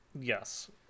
Yes